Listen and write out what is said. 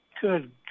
good